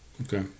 Okay